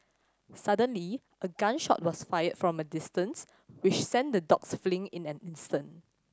suddenly a gun shot was fired from a distance which sent the dogs fleeing in an instant